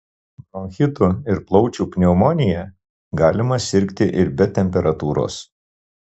bronchitu ir plaučių pneumonija galima sirgti ir be temperatūros